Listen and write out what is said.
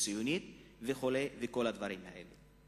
ציונית וכל הדברים האלה.